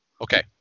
Okay